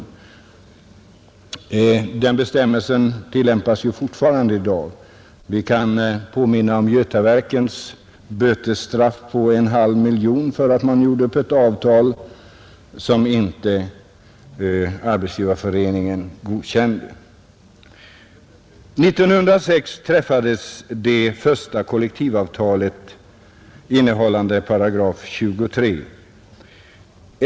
Den bestämmelsen tillämpas ju fortfarande. Jag kan påminna om Götaverkens bötesstraff på en halv miljon för att företaget gjort upp ett avtal som Arbetsgivareföreningen inte godkände. 1906 träffades det första kollektivavtalet innehållande § 23.